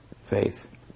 faith